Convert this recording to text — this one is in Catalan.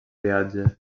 viatge